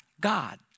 God